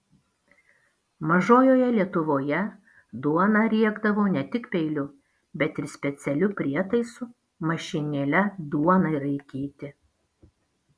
mažojoje lietuvoje duoną riekdavo ne tik peiliu bet ir specialiu prietaisu mašinėle duonai raikyti